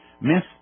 Miss